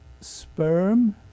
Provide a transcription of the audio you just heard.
sperm